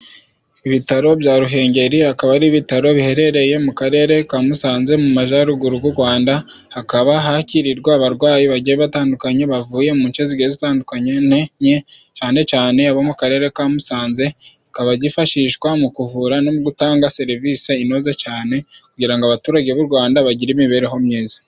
Ibitaro bya Ruhengeri, akaba ari ibitaro biherereye mu karere ka Musanze mu Majyaruguru y'u Rwanda, hakaba hakirirwa abarwayi bagiye batandukanye bavuye mu nce zigiye zitandukanye, cyane cyane abo mu karere ka Musanze. Bikaba byifashishwa mu kuvura no gutanga serivisi inoze cyane, kugira ngo abaturage b'u Rwanda bagire imibereho myiza.